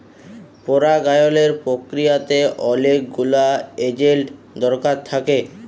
পরাগায়লের পক্রিয়াতে অলেক গুলা এজেল্ট দরকার থ্যাকে